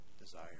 desire